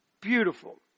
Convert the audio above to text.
beautiful